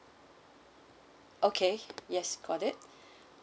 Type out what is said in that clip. okay yes got it